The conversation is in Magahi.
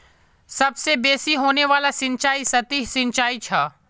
सबसे बेसि होने वाला सिंचाई सतही सिंचाई छ